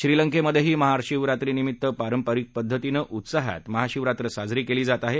श्रीलंकेमधेही महाशिवरात्रीनिमित्त पारंपारिक पद्धतीनं उत्साहात महाशिवरात्र साजरी केली जात आहे